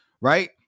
Right